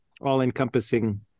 all-encompassing